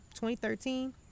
2013